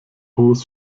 hohes